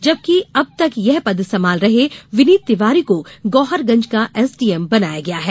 जबकि अब तक यह पद संभाल रहे विनीत तिवारी को गौहरगंज का एसडीएम बनाया गया है